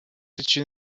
için